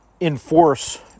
enforce